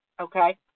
okay